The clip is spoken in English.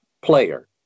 player